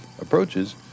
approaches